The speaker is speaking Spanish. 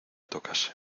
tocase